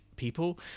people